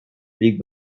byli